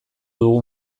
dugu